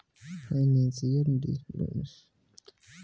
financial risk management उद्योग जगत के एगो अभिन्न अंग हवे